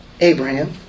Abraham